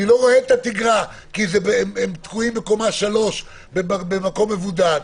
אני לא רואה את התגרה כי הם תקועים בקומה 3 במקום מבודד.